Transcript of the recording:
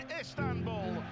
Istanbul